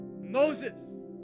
Moses